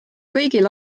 kõigil